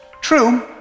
True